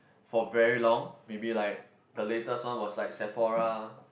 for very long maybe like the latest one was like Sephora